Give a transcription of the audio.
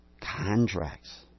contracts